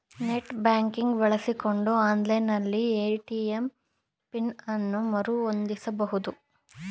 net banking ಬಳಸಿಕೊಂಡು online ನಲ್ಲಿ ATM PIN ಅನ್ನು ಮರು ಹೊಂದಿಸಬಹುದು